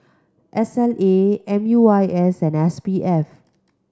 S L A M U I S and S P F